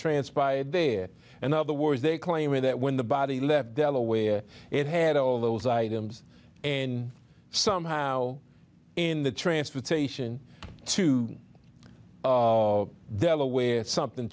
transpired there and other words they claim were that when the body left delaware it had all those items in somehow in the transportation to delaware something